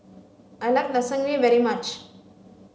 I like Lasagne very much